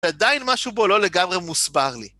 עדיין משהו בו לא לגמרי מוסבר לי.